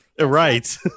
Right